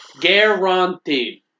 Guaranteed